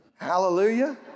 Hallelujah